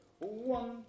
One